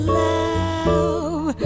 love